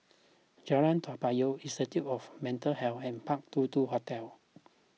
Jalan Toa Payoh Institute of Mental Health and Park two two Hotel